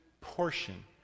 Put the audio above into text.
portion